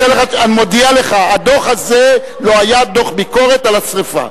אני מודיע לך: הדוח הזה לא היה דוח ביקורת על השרפה.